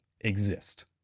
exist